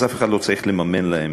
את זה אף אחד לא צריך לממן להם